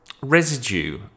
residue